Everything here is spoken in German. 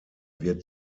wird